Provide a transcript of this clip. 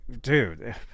dude